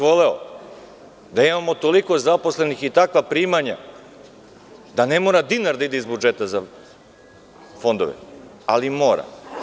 Voleo bih da imamo toliko zaposlenih i takva primanja da ne mora dinar da ide iz budžeta za fondove, ali mora.